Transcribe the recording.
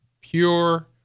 pure